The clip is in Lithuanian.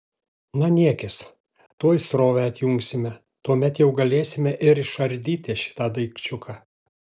na niekis tuoj srovę atjungsime tuomet jau galėsime ir išardyti šitą daikčiuką